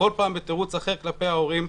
כל פעם בתירוץ אחר כלפי ההורים.